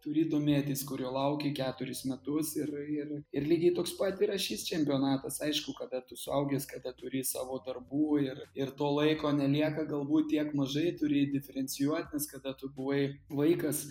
turi domėtis kurio lauki keturis metus ir ir ir lygiai toks pat yra šis čempionatas aišku kada tu suaugęs kada turi savo darbų ir ir to laiko nelieka galbūt tiek mažai turi diferencijuot nes kada tu buvai vaikas